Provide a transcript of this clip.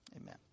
Amen